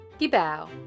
Gibao